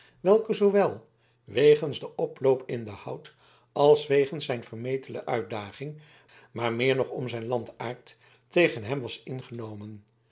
welke zoowel wegens den oploop in den hout als wegens zijn vermetele uitdaging maar meer nog om zijn landaard tegen hem was ingenomen